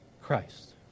Christ